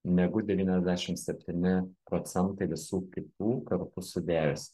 negu devyniasdešim septyni procentai visų kitų kartu sudėjus